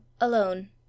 Alone